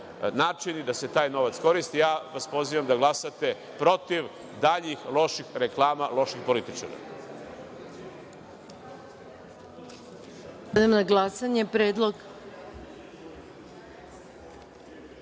načini da se taj novac koristi. Ja vas pozivam da glasate protiv daljih loših reklama loših političara.